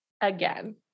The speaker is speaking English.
Again